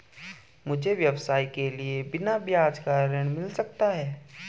मुझे व्यवसाय के लिए बिना ब्याज का ऋण मिल सकता है?